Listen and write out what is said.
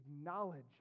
acknowledge